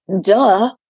Duh